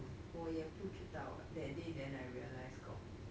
我也不知道 that day then I realize got